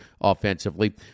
offensively